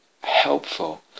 helpful